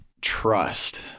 trust